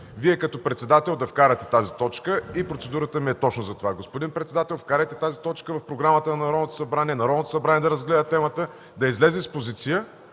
5 като председател да вкарате тази точка и процедурата ми е точно за това. Господин председател, вкарайте тази точка в програмата на Народното събрание, то да разгледа темата, да излезе с позиция